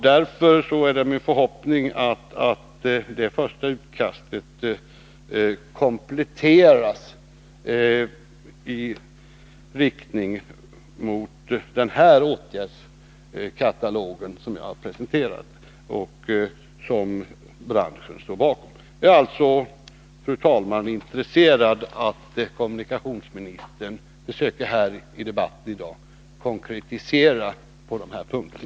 Därför är det min förhoppning att det första utkastet kompletteras i riktning mot den åtgärdskatalog som jag har presenterat och som branschen står bakom. Jag är alltså, fru talman, intresserad av att kommunikationsministern i debatten i dag konkretiserar sig på dessa punkter.